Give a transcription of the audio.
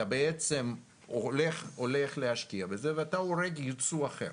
אתה בעצם הולך להשקיע בזה, ואתה הורג יצוא אחר.